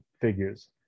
figures